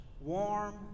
warm